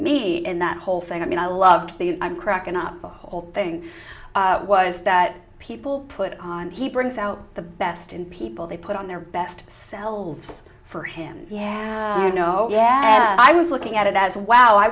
me in that whole thing i mean i loved the i'm cracking up the whole thing was that people put on he brings out the best in people they put on their best selves for him you know yeah i was looking at it as wow i